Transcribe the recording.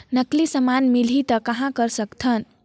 नकली समान मिलही त कहां कर सकथन?